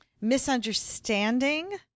misunderstanding